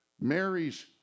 Mary's